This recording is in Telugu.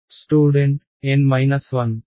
student N 1